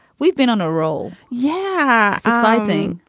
we've been on a roll. yeah exciting.